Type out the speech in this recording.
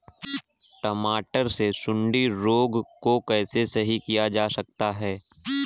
टमाटर से सुंडी रोग को कैसे सही किया जा सकता है?